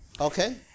Okay